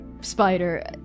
Spider